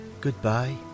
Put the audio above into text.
Goodbye